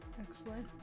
Excellent